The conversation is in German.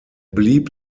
blieb